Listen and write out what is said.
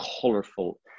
colorful